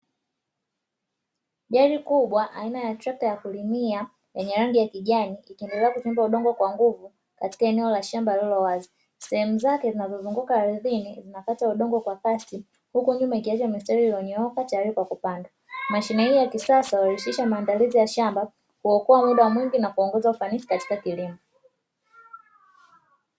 Gari kubwa ya aina ya trekta ya kulimia yenye rangi ya kijani ikiendelea kuchimba udongo kwa nguvu katika eneo la shamba lililowazi, sehemu zake zinazo zunguka ardhini zinakata udongo kwa kasi huku nyuma ikiacha mistari iliyonyooka tayari kwa kupanda. Mashine hii ya kisasa hurahisisha maandalizi ya shamba, huokoa muda mwingi na kuongeza ufanisi katika kilimo.